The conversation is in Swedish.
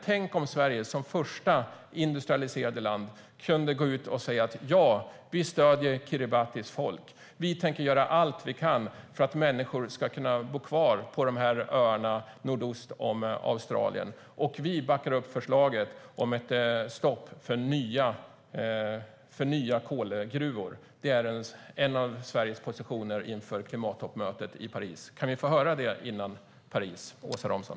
Tänk om Sverige som första industrialiserade land kunde gå ut och säga: Vi stöder Kiribatis folk. Vi tänker göra allt vi kan för att människor ska kunna bo kvar på de här öarna nordost om Australien. Vi backar upp förslaget om ett stopp för nya kolgruvor. Det är en av Sveriges positioner inför klimattoppmötet i Paris. Kan vi få höra det före mötet i Paris, Åsa Romson?